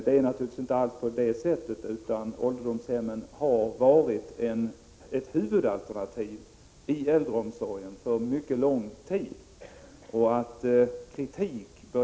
Det är naturligtvis inte alls på det sättet, utan ålderdomshemmen har varit ett huvudalternativ i äldreomsorgen under mycket lång tid.